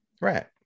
Right